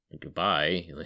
goodbye